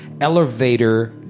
elevator